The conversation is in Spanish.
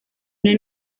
una